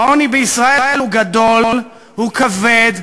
העוני בישראל הוא גדול, הוא כבד,